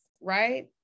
right